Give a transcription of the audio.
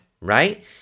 right